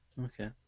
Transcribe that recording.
Okay